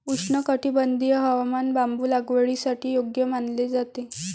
उष्णकटिबंधीय हवामान बांबू लागवडीसाठी योग्य मानले जाते